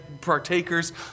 partakers